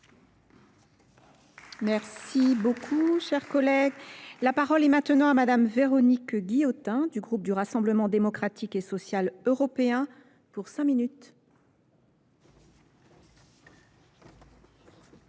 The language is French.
Merci beaucoup, chers collègues, la parole est maintenant à Mme Véronique Ge Guillotin, du groupe du Rassemblement démocratique et social européen pour 5 min.